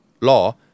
law